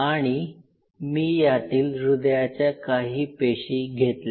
आणि मी यातील ह्रदयाच्या काही पेशी घेतल्या